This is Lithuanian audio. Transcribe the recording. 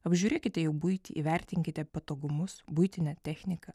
apžiūrėkite jų buitį įvertinkite patogumus buitinę techniką